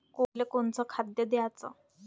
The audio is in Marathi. कोंबडीले कोनच खाद्य द्याच?